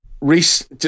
Reese